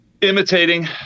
imitating